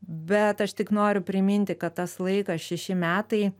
bet aš tik noriu priminti kad tas laikas šeši metai